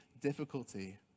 difficulty